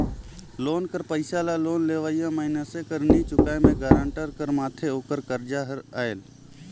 loan कर पइसा ल लोन लेवइया मइनसे कर नी चुकाए में गारंटर कर माथे ओकर करजा हर आएल